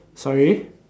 sorry